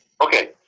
Okay